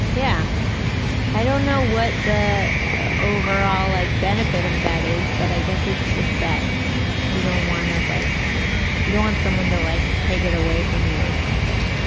yeah i don't know what the ah overall like benefit of that is, but i guess it's just that you don't want to like you don't want someone to like to take it away from you or something.